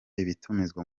ibitumizwa